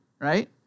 right